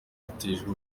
bateshejwe